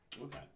Okay